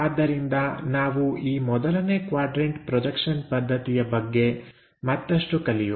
ಆದ್ದರಿಂದ ನಾವು ಈ ಮೊದಲನೇ ಕ್ವಾಡ್ರನ್ಟ ಪ್ರೊಜೆಕ್ಷನ್ ಪದ್ಧತಿಯ ಬಗ್ಗೆ ಮತ್ತಷ್ಟು ಕಲಿಯುವ